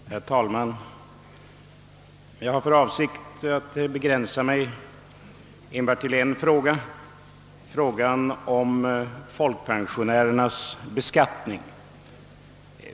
Herr talman! Jag har för avsikt att begränsa mig till enbart en fråga, nämligen om folkpensionärernas beskattning.